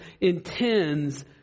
intends